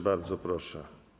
Bardzo proszę.